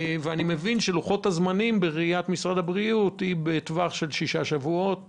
אני מבין שלוחות הזמנים של משרד הבריאות הם בטווח של שישה שבועות